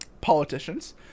politicians